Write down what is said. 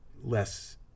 less